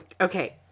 Okay